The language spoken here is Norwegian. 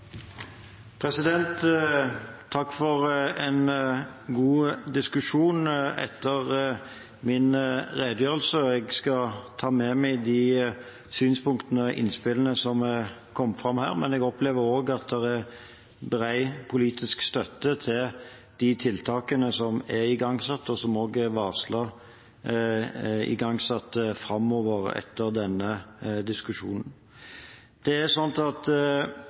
Takk for en god diskusjon etter min redegjørelse. Jeg skal ta med meg synspunktene og innspillene som er kommet fram. Jeg opplever at det er bred politisk støtte til de tiltakene som er igangsatt, og til dem som er varslet igangsatt framover etter denne diskusjonen. Når det gjelder den framtidige rollen eller ansvaret til kontrollkommisjonene, er